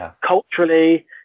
culturally